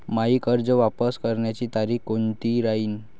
मायी कर्ज वापस करण्याची तारखी कोनती राहीन?